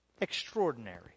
extraordinary